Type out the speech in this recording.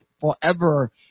forever